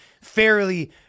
fairly